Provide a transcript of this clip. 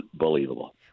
unbelievable